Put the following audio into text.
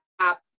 app